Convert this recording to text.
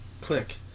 Click